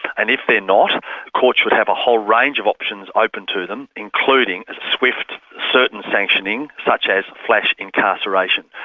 and if they're not, the court should have a whole range of options open to them, including a swift, certain sanctioning, such as flash incarceration.